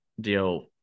deal